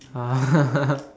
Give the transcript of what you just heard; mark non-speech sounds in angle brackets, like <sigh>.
ah <laughs>